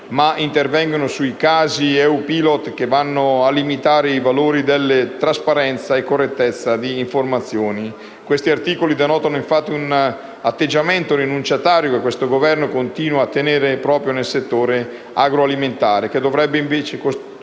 ma intervengono sui casi EU Pilot che vanno a limitare i valori della trasparenza e correttezza delle informazioni. Questi articoli denotano infatti l'atteggiamento rinunciatario che questo Governo continua a tenere proprio nel settore agroalimentare, che dovrebbe invece costituire